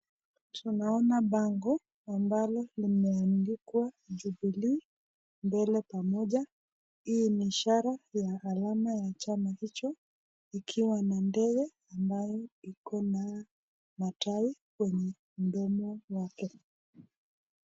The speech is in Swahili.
Tunaona bango ambalo limeandikwa Jubilee Mbele Pamoja, hii ni ishara ya alama ya chama hicho ikiwa na ndege yenye iko na matawi kwenye mdomo wake.